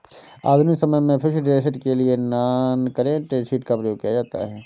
आधुनिक समय में फिक्स्ड ऐसेट के लिए नॉनकरेंट एसिड का प्रयोग किया जाता है